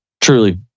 Truly